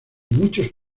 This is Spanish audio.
muchos